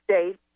States